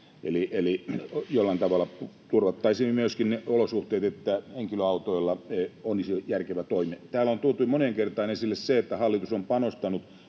eli jollain tavalla turvattaisiin myöskin ne olosuhteet, joissa henkilöautoilla olisi järkevä toimia. Täällä on tuotu moneen kertaan esille se, että hallitus on panostanut